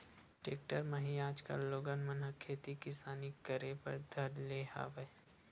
tractor म ही आजकल लोगन मन ह खेती किसानी करे बर धर ले हवय